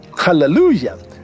Hallelujah